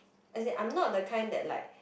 as in I'm not the kind that like